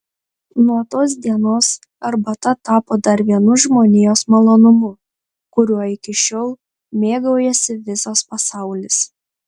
nuo tos dienos arbata tapo dar vienu žmonijos malonumu kuriuo iki šiol mėgaujasi visas pasaulis